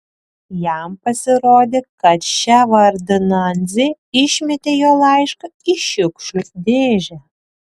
jam pasirodė kad ševardnadzė išmetė jo laišką į šiukšlių dėžę